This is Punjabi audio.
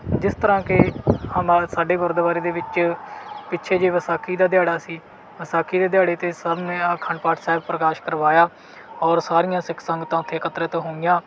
ਜਿਸ ਤਰ੍ਹਾਂ ਕਿ ਹਮਾ ਸਾਡੇ ਗੁਰਦੁਆਰੇ ਦੇ ਵਿੱਚ ਪਿੱਛੇ ਜਿਹੇ ਵਿਸਾਖੀ ਦਾ ਦਿਹਾੜਾ ਸੀ ਵਿਸਾਖੀ ਦੇ ਦਿਹਾੜੇ 'ਤੇ ਸਭ ਨੇ ਆ ਅਖੰਡ ਪਾਠ ਸਾਹਿਬ ਪ੍ਰਕਾਸ਼ ਕਰਵਾਇਆ ਔਰ ਸਾਰੀਆਂ ਸਿੱਖ ਸੰਗਤਾਂ ਉੱਥੇ ਇਕੱਤਰਿਤ ਹੋਈਆਂ